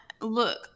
look